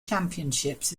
championships